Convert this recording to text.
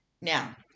now